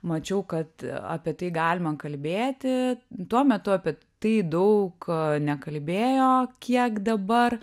mačiau kad apie tai galima kalbėti tuo metu apie tai daug nekalbėjo kiek dabar